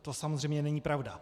To samozřejmě není pravda.